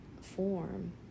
form